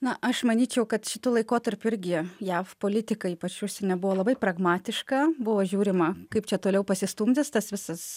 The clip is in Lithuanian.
na aš manyčiau kad šitu laikotarpiu irgi jav politika ypač užsienio buvo labai pragmatiška buvo žiūrima kaip čia toliau pasistumdys tas visas